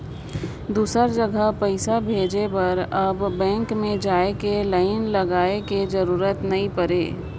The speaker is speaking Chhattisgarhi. दुसर जघा पइसा भेजे बर अब बेंक में जाए के लाईन लगाए के जरूरत नइ पुरे